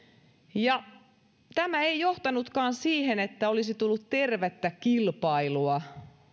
ja tämä ei johtanutkaan siihen että olisi tullut tervettä kilpailua